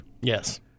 yes